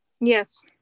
Yes